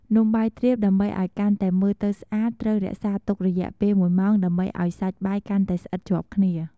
នំបាយទ្រាបដើម្បីឱ្យកាន់តែមើលទៅស្អាត ត្រូវរក្សាទុកវារយៈពេលមួយម៉ោងដើម្បីឱ្យសាច់បាយកាន់តែស្អិតជាប់គ្នា។